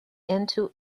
into